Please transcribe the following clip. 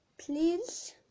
please